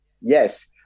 Yes